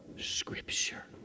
scripture